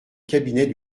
cabinet